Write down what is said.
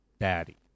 daddy